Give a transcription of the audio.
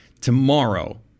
tomorrow